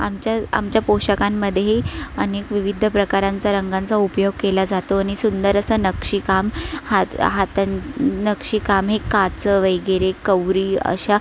आमच्या आमच्या पोशाखांमध्येही अनेक विविध प्रकारांचा रंगांचा उपयोग केला जातो आणि सुंदर असं नक्षीकाम हात हातां नक्षीकाम हे काचं वगैरे कवरी अशा